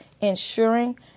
ensuring